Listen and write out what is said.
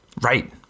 right